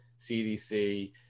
cdc